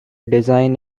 design